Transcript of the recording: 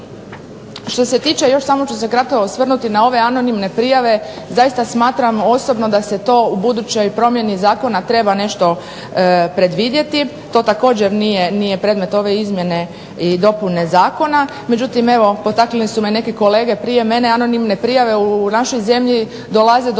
Što se tiče još samo ću se kratko osvrnuti na ove anonimne prijave. Zaista smatram osobno da se to u budućoj promjeni zakona treba nešto predvidjeti. To također nije predmet ove izmjene i dopune zakona. Međutim, evo potakle su me neke kolege prije mene. Anonimne prijave u našoj zemlji dolaze do